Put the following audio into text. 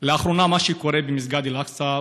מה שקורה לאחרונה במסגד אל-אקצא,